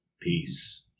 Peace